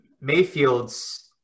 Mayfield's